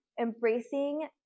embracing